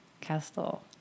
castle